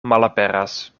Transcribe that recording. malaperas